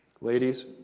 Ladies